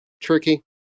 tricky